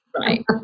Right